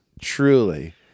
truly